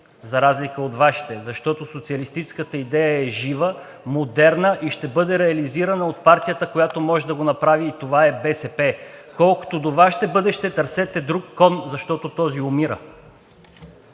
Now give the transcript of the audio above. за разлика от Вашите, защото социалистическата идея е жива, модерна и ще бъде реализирана от партията, която може да го направи, и това е БСП. Колкото до Вашето бъдеще, търсете друг кон, защото този умира.